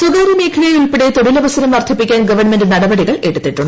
സ്വകാര്യ മേഖലയിൽ ഉൾപ്പെടെ തൊഴിലവസരം വർധിപ്പിക്കാൻ ഗവൺമെന്റ് നടപടികൾ എടുത്തിട്ടുണ്ട്